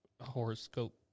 horoscope